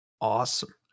awesome